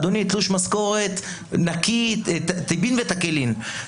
אדוני, תלוש משכורת טבין ותקילין.